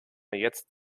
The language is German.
jetzt